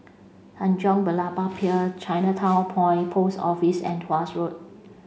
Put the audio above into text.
Tanjong Berlayer Pier Chinatown Point Post Office and Tuas Road